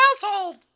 household